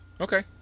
Okay